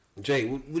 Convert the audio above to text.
Jay